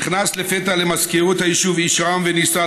נכנס לפתע למזכירות היישוב איש רם ונישא,